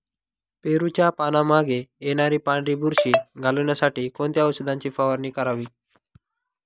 पेरूच्या पानांमागे येणारी पांढरी बुरशी घालवण्यासाठी कोणत्या औषधाची फवारणी करावी?